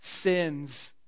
sins